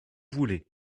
voulez